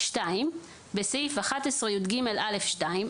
בסעיף 11יג(א)(2),